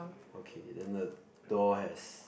okay then the door has